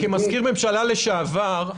כמזכיר הממשלה לשעבר,